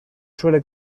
suele